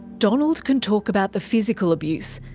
donald can talk about the physical abuse,